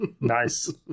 Nice